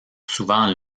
souvent